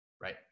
right